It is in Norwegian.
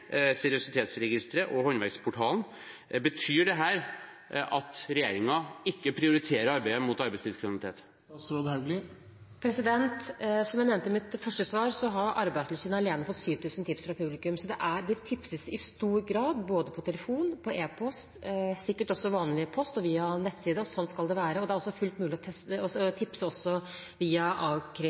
Seriøsitetsregisteret og Håndverksportalen. Betyr dette at regjeringen ikke prioriterer arbeidet mot arbeidslivskriminalitet? Som jeg nevnte i mitt første svar, har Arbeidstilsynet alene fått 7 000 tips fra publikum, så det tipses i stor grad via både telefon og e-post, og sikkert også via vanlig post og nettsider – og sånn skal det være. Det er også mulig å tipse via a-krimsentrene – naturligvis. Men det er også